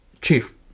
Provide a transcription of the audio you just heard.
chief